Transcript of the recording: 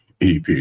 EP